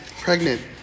pregnant